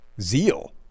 zeal